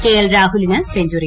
K L രാഹുലിന് century